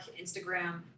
Instagram